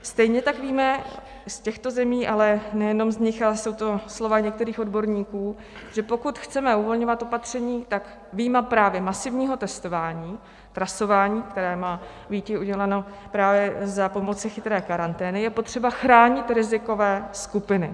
Stejně tak víme z těchto zemí, ale nejenom z nich, ale jsou to slova i některých odborníků, že pokud chceme uvolňovat opatření, tak vyjma právě masivního testování, trasování, které má býti uděláno právě za pomoci chytré karantény, je potřeba chránit rizikové skupiny.